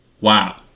wow